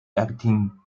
acting